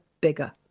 bigger